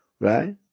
Right